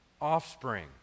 offspring